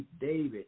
David